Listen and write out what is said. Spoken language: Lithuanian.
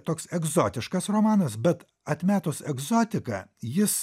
toks egzotiškas romanas bet atmetus egzotiką jis